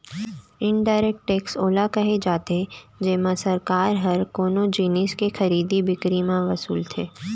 indirect tax ओला केहे जाथे जेमा सरकार ह कोनो जिनिस के खरीदी बिकरी म वसूलथे